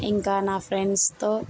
ఇంకా నా ఫ్రెండ్స్ తో